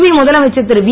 புதுவை முதலமைச்சர் திருவி